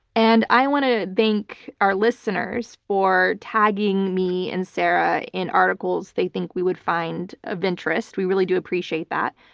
and i want to thank our listeners for tagging me and sarah in articles they think we would find of interest, we really do appreciate that.